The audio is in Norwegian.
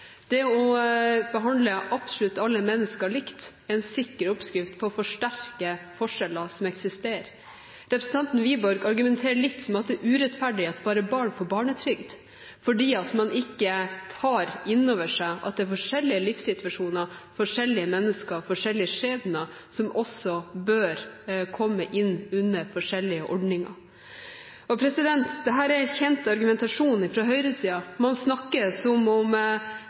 Det å behandle absolutt alle mennesker likt, er en sikker oppskrift på å forsterke forskjeller som eksisterer. Representanten Wiborg argumenterer litt med at det er urettferdig at bare barn får barnetrygd, fordi man ikke tar inn over seg at det er forskjellige livssituasjoner, forskjellige mennesker og forskjellige skjebner, som også bør komme inn under forskjellige ordninger. Dette er en kjent argumentasjon fra høyresiden. Man snakker som om